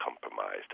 compromised